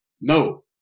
no